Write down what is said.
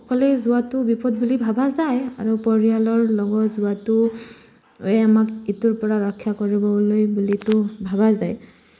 অকলে যোৱাটো বিপদ বুলি ভাবা যায় আৰু পৰিয়ালৰ লগত যোৱাটো আমাক ইটোৰ পৰা ৰক্ষা কৰিবলৈ বুলিতো ভাবা যায়